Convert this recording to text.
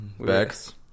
Bex